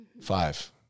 five